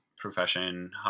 profession